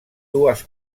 dues